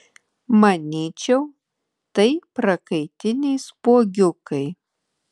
manyčiau tai prakaitiniai spuogiukai